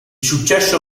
successo